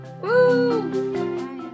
Woo